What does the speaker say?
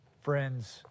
friends